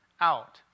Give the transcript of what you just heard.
out